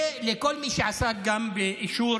ולכל מי שעסק באישור